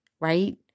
right